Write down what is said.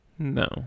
No